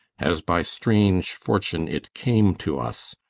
as by strange fortune it came to us,